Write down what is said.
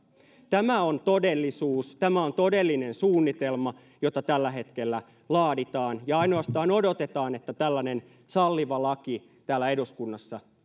tämä on todellisuus tämä on todellinen suunnitelma jota tällä hetkellä laaditaan ja ainoastaan odotetaan että tällainen salliva laki täällä eduskunnassa